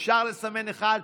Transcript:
אפשר לסמן אחד,